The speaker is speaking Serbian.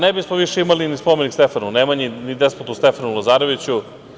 Ne bismo više imali ni spomenik Stefani Nemanji, ni despotu Stefanu Lazareviću.